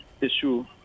issue